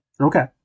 Okay